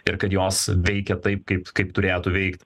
ir kad jos veikia taip kaip kaip turėtų veikt